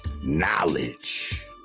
Knowledge